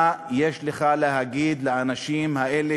מה יש לך להגיד לאנשים האלה,